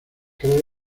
creo